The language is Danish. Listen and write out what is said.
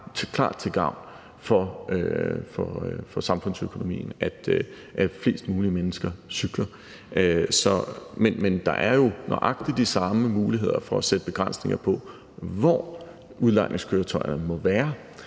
klart til gavn for samfundsøkonomien, at flest mulige mennesker cykler. Men der er jo nøjagtig de samme muligheder for at sætte begrænsninger, med hensyn til hvor udlejningskøretøjerne må være: